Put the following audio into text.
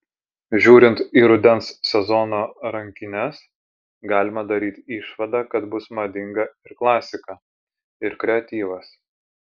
žiūrint į rudens sezono rankines galima daryti išvadą kad bus madinga ir klasika ir kreatyvas